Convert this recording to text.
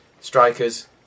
Strikers